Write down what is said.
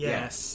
Yes